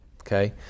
okay